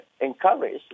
encourage